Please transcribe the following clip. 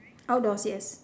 outdoors yes